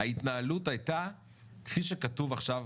ההתנהלות הייתה כפי שכתוב עכשיו,